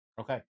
Okay